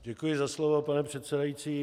Děkuji za slovo, pane předsedající.